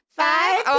five